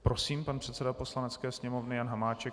Prosím, pan předseda Poslanecké sněmovny Jan Hamáček.